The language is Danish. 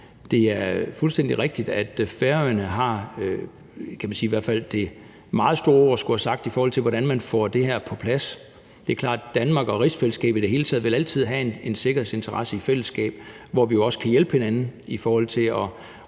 det er fuldstændig rigtigt, at Færøerne har det meget store ord at skulle have sagt, i forhold til hvordan man får det her på plads. Det er klart, at Danmark og rigsfællesskabet i det hele taget altid vil have en sikkerhedsinteresse i fællesskab, hvor vi også kan hjælpe hinanden i forhold til at